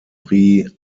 prix